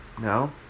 no